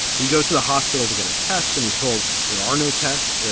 he goes to the hospital to get a test and he's told there are no tests.